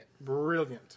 brilliant